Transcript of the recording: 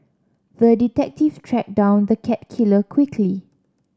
the detective tracked down the cat killer quickly